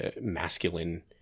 masculine